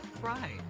Right